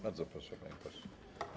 Bardzo proszę, panie pośle.